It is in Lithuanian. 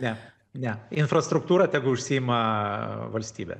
ne ne infrastruktūra tegu užsiima valstybė